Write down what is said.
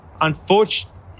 unfortunately